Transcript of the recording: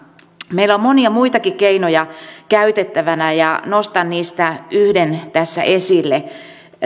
meillä on monia muitakin keinoja käytettävänä ja nostan niistä yhden tässä esille